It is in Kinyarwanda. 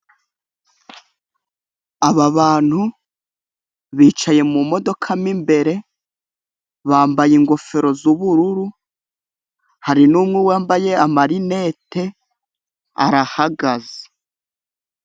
Aba bantu bicaye mu modoka mo imbere, bambaye ingofero z'ubururu, harimo n'uwambaye amarinete, arahagaze.